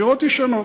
דירות ישנות.